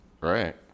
Right